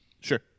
Sure